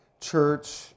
church